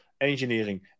engineering